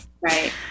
right